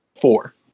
Four